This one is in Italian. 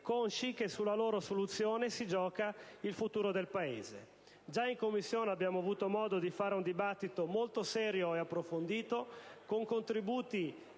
che sulla loro soluzione si gioca il futuro del Paese. Già in Commissione abbiamo avuto modo di svolgere un dibattito molto serio ed approfondito, con contributi